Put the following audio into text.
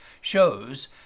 shows